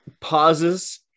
pauses